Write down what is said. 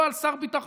לא על שר האוצר,